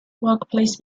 workplace